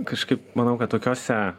kažkaip manau kad tokiose